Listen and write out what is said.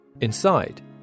Inside